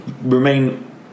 remain